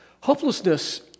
Hopelessness